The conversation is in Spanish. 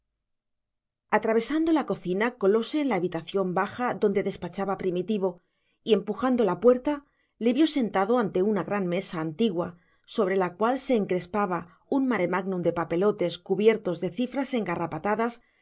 atravesando la cocina colóse en la habitación baja donde despachaba primitivo y empujando la puerta le vio sentado ante una gran mesa antigua sobre la cual se encrespaba un maremágnum de papelotes cubiertos de cifras